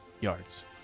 yards